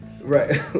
Right